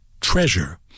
treasure